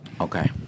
okay